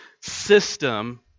system